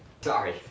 Sorry